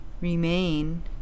remain